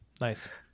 Nice